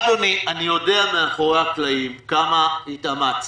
אדוני, אני יודע מאחורי הקלעים כמה התאמצת,